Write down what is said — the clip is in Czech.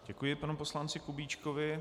Děkuji panu poslanci Kubíčkovi.